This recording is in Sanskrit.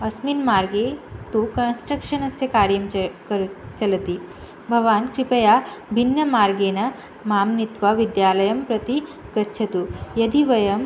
अस्मिन् मार्गे तु कन्स्ट्रक्शनस्य कार्यं च कर् चलति भवान् कृपया भिन्नमार्गेण मां नीत्वा विद्यालयं प्रति गच्छतु यदि वयं